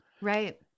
Right